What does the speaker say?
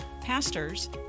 pastors